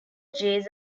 jays